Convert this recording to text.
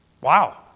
Wow